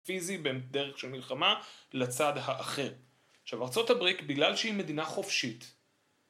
פיזי בין דרך של מלחמה לצד האחר. עכשיו ארה״ב בגלל שהיא מדינה חופשית